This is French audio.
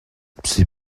c’est